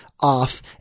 off